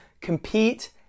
compete